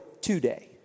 today